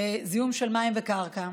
זיהום של מים וקרקע.